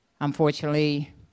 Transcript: unfortunately